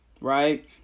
right